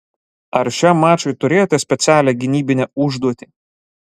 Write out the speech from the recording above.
ar šiam mačui turėjote specialią gynybinę užduotį